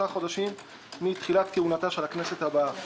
חודשים מתחילת כהונתה של הכנסת הבאה.